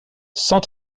cent